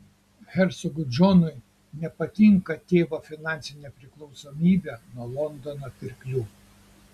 hercogui džonui nepatinka tėvo finansinė priklausomybė nuo londono pirklių